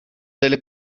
delle